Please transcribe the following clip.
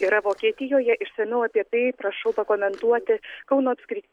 yra vokietijoje išsamiau apie tai prašau pakomentuoti kauno apskri